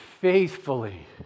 faithfully